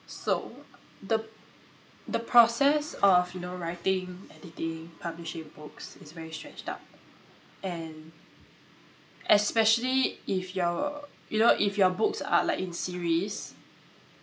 so the the process of you know writing editing publishing books is very stretched out and especially if you're you know if your books are like in series